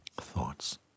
thoughts